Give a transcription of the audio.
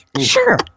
sure